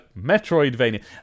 Metroidvania